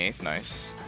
nice